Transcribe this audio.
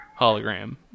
hologram